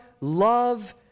love